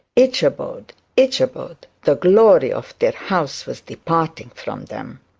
ichabod! ichabod! the glory of their house was departing from them.